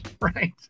Right